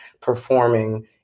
performing